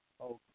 Okay